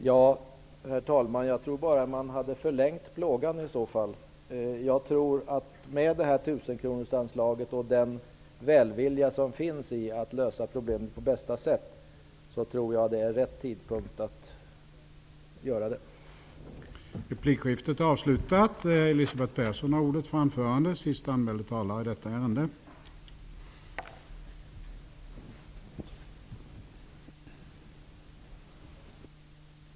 Herr talman! Jag tror bara att plågan hade förlängts i så fall. Med det här tusenkronorsanslaget, och med den välvilja som finns att på bästa sätt lösa problemen, tror jag att det är rätt tidpunkt att göra omorganisationen.